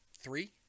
Three